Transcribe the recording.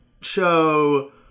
show